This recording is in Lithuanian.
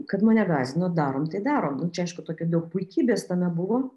kad mane gąsdino darom tai darom nu čia aišku tokio daug puikybės tame buvo